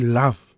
love